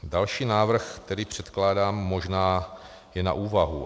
Další návrh, který předkládám, je možná na úvahu.